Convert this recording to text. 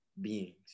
beings